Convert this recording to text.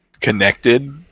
connected